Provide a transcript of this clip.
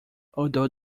although